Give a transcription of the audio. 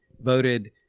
voted